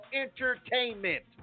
entertainment